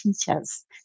teachers